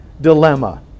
dilemma